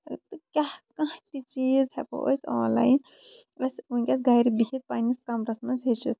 تہٕ کانہہ تہِ چیٖز ہٮ۪کو أسۍ آن لاین أسۍ وٕنکین گرِ بِہتھ پَنٕنِس کَمرَس منٛز ہٮ۪چھِتھ